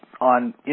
on